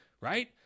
right